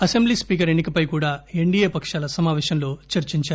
assembly speaker ఎన్ని కపై కూడా ఎన్డిఏ పక్షాల సమాపేశంలో చర్చించారు